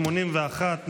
81,